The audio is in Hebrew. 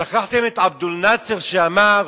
שכחתם את עבד אל-נאצר שאמר: